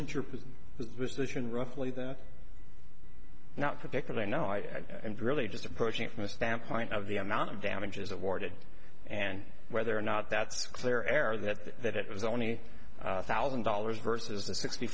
the roughly that not particular no i really just approaching it from the standpoint of the amount of damages awarded and whether or not that's clear air that that it was only thousand dollars versus the sixty